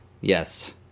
Yes